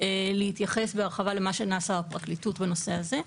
להתייחס בהרחבה למה שנעשה בפרקליטות בנושא הזה.